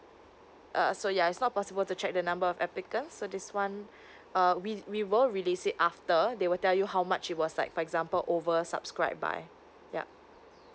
uh so ya it's not possible to check the number of applicants so this one uh we we were release it after they will tell you how much it was like for example over subscribed by yup